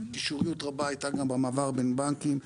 קישוריות רבה הייתה גם במעבר בין בנקים,